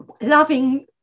loving